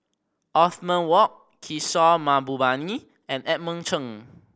Othman Wok Kishore Mahbubani and Edmund Cheng